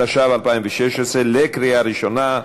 התשע"ו 2016, קריאה ראשונה.